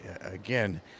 again